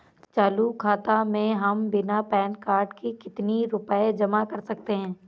चालू खाता में हम बिना पैन कार्ड के कितनी रूपए जमा कर सकते हैं?